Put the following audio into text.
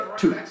two